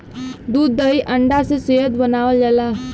दूध दही अंडा से सेहत बनावल जाला